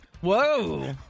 Whoa